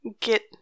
get